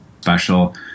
special